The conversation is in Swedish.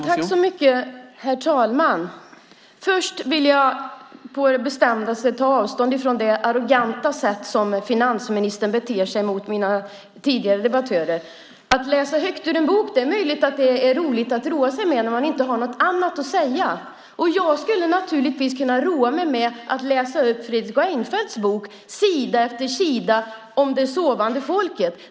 Herr talman! Först vill jag på det bestämdaste ta avstånd från det arroganta sätt som finansministern beter sig på mot de tidigare debattörerna. Att läsa högt ur en bok är möjligen något att roa sig med när man inte har något annat att säga. Jag skulle naturligtvis kunna roa mig med att läsa sida efter sida högt ur Fredrik Reinfeldts bok om det sovande folket.